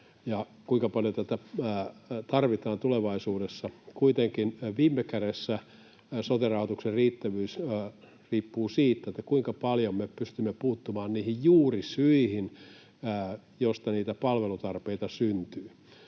kuinka paljon tarvitaan tulevaisuudessa. Kuitenkin viime kädessä sote-rahoituksen riittävyys riippuu siitä, kuinka paljon me pystymme puuttumaan niihin juurisyihin, joista niitä palvelutarpeita syntyy.